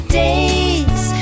days